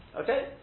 Okay